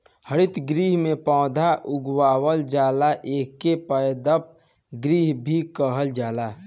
हरितगृह में पौधा उगावल जाला एके पादप गृह भी कहल जाला